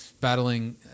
battling